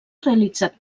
realitzat